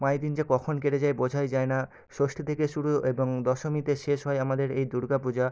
পাঁচ দিন যে কখন কেটে যায় বোঝাই যায় না ষষ্ঠী থেকে শুরু এবং দশমীতে শেষ হয় আমাদের এই দুর্গা পূজা